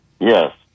Yes